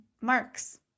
Marks